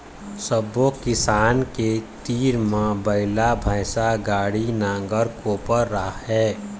सब्बो किसान के तीर म बइला, भइसा, गाड़ी, नांगर, कोपर राहय